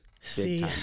see